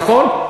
נכון?